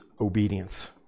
obedience